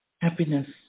Happiness